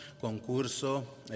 concurso